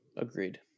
Agreed